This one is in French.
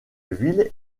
ville